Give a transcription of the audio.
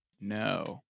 No